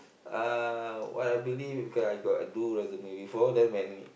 uh what I believe because I got do resume before then when